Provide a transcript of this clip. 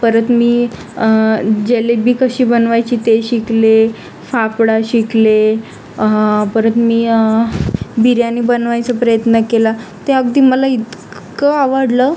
परत मी जिलेबी कशी बनवायची ते शिकले फापडा शिकले परत मी बिर्याणी बनवायचा प्रयत्न केला ते अगदी मला इतकं आवडलं